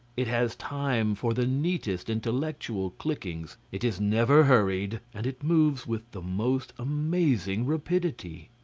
it has time for the neatest intellectual clickings, it is never hurried, and it moves with the most amazing rapidity.